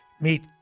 meet